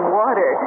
water